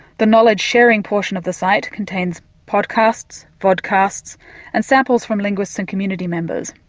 the knowledge sharing portion of the site contains podcasts, vodcasts and samples from linguists and community members.